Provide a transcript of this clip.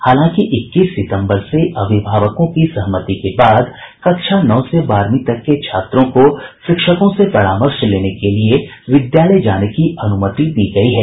हालांकि इक्कीस सितम्बर से अभिभावकों की सहमति के बाद कक्षा नौ से बारहवीं तक के छात्रों को शिक्षकों से परामर्श लेने के लिये विद्यालय जाने की अनुमति दी गयी है